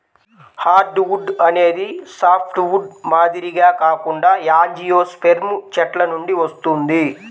hardwood అనేది softwood మాదిరిగా కాకుండా యాంజియోస్పెర్మ్ చెట్ల నుండి వస్తుంది